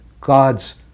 God's